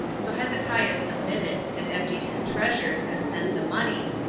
so hezekiah submitted, and emptied his treasures, and sent the money,